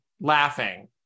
laughing